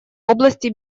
области